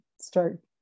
start